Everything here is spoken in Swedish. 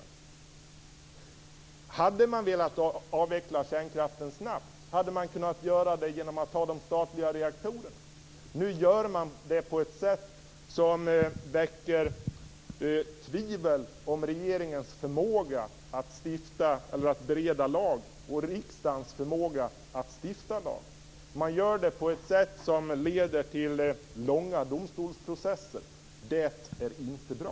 Hade man velat avveckla kärnkraften snabbt hade man kunnat göra det genom de statliga reaktorerna. Nu gör man det på ett sätt som väcker tvivel om regeringens förmåga att bereda lag och riksdagens förmåga att stifta lag. Man gör det på ett sätt som leder till långa domstolsprocesser. Det är inte bra!